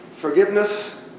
Forgiveness